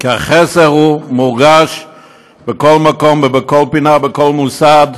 כי החסר מורגש בכל מקום, בכל פינה, בכל מוסד.